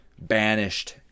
banished